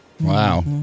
Wow